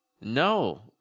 No